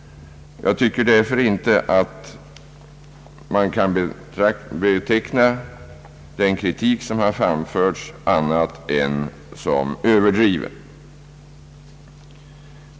Jag tycker därför inte att man kan beteckna den kritik som har framförts annat än som överdriven.